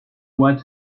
what